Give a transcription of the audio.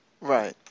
Right